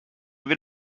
vais